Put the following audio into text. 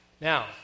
now